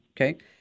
okay